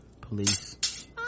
Police